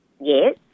Yes